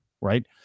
right